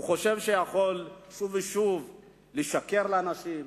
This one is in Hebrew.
הוא חושב שיכול שוב ושוב לשקר לאנשים,